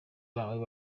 bawe